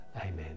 Amen